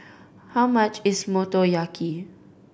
how much is Motoyaki